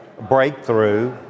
breakthrough